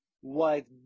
White